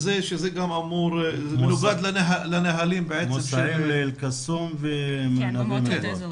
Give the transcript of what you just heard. מוסעים לאל קסום ולנווה מדבר.